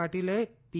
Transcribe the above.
પાટિલે પી